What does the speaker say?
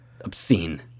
obscene